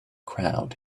crowd